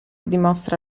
dimostra